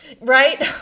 Right